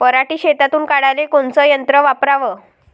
पराटी शेतातुन काढाले कोनचं यंत्र वापराव?